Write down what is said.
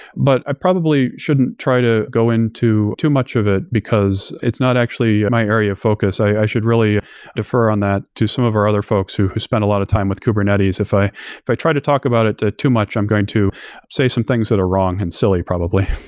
but i probably shouldn't try to go into too much of it, because it's not actually and my area of focus. i should really defer on that to some of our other folks who who spend a lot of time with kubernetes. if i if i try to talk about it too much, i'm going to say some things that are wrong and silly probably.